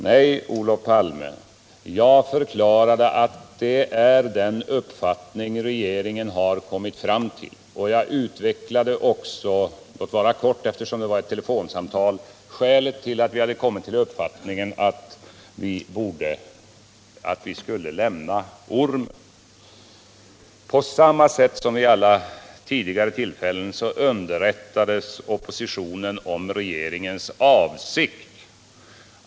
Nej, Olof Palme, jag förklarade vilken uppfattning regeringen hade kommit fram till. Jag utvecklade också — låt vara kort, eftersom det var ett telefonsamtal — skälet till att vi hade kommit till uppfattningen att Sverige skulle lämna ormen. På samma sätt som vid alla tidigare tillfällen underrättades oppositionen om regeringens avsikt.